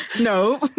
no